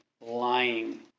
lying